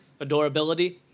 Adorability